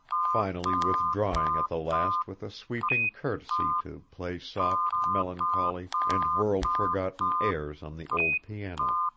finally withdrawing at the last with a sweeping courtesy to play soft, melancholy, and world-forgotten airs on the old piano,